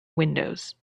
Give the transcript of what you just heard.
windows